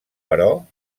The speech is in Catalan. però